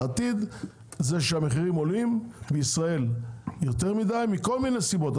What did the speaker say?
העתיד זה שהמחירים עולים בישראל יותר מידי מכל מיני סיבות,